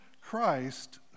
Christ